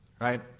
right